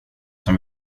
som